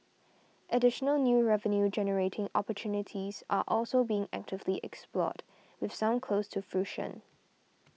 additional new revenue generating opportunities are also being actively explored with some close to fruition